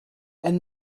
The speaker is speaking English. and